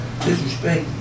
Disrespect